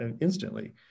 instantly